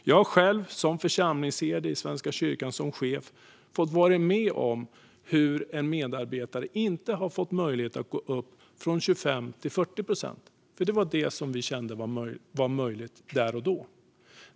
Jag har själv som församlings-vd i Svenska kyrkan varit med om att en medarbetare inte kunnat gå upp från 25 till 40 procent, vilket var det vi kände var möjligt där och då.